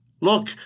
Look